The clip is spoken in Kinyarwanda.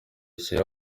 kera